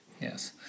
Yes